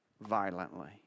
violently